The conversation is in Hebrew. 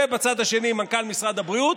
ובצד השני, מנכ"ל משרד הבריאות.